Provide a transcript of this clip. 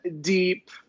deep